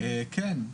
כן.